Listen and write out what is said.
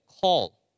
call